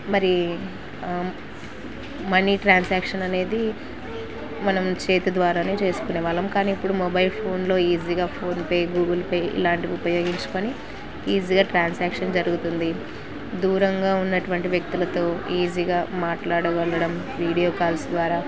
మరి money transaction అనేది మనం చేతి ద్వారా చేసుకునే వాళ్ళం కానీ ఇప్పుడు మొబైల్ ఫోన్లో ఈజీగా ఫోన్పే గూగుల్ పే ఇలాంటివి ఉపయోగించుకొని ఈజీగా ట్రాన్సాక్షన్ జరుగుతుంది దూరంగా ఉన్నటువంటి వ్యక్తులతో ఈజీగా మాట్లాడగలడం వీడియో కాల్స్ ద్వారా